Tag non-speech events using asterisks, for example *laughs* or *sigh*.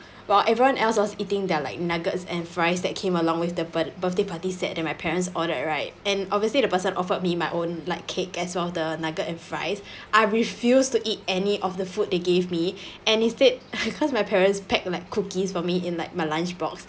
while everyone else was eating there like nuggets and fries that came along with the birth~ birthday party set that my parents ordered right and obviously the person offered me my own like cake as well of the nuggets and fries I refuse to eat any of the food they gave me and instead *laughs* because my parents pack like cookies for me in like my lunch box